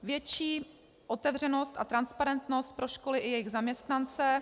Větší otevřenost a transparentnost pro školy i jejich zaměstnance.